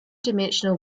dimensional